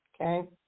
okay